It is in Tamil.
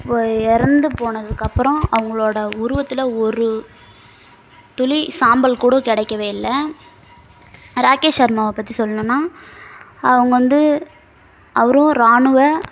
இப்போ இறந்து போனதுக்கப்புறம் அவங்களோட உருவத்தில் ஒரு துளி சாம்பல் கூடு கிடைக்கவே ராகேஷ் ஷர்மாவை பற்றி சொல்லணுன்னா அவங்க வந்து அவரும் ராணுவ